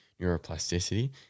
neuroplasticity